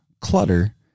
clutter